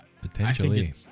Potentially